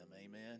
amen